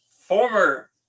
Former